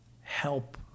help